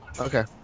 Okay